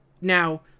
Now